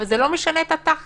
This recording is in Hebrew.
אבל זה לא משנה את התכל'ס.